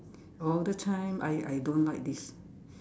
all the time I I don't like this